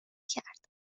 کرد